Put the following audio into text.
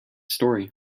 story